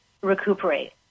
recuperate